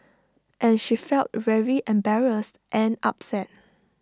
and she felt very embarrassed and upset